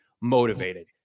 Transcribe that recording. motivated